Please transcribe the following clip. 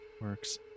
works